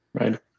Right